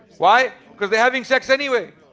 why? because they're having sex anyway.